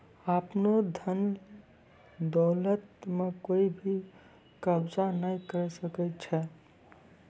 आपनो धन दौलत म कोइ भी कब्ज़ा नाय करै सकै छै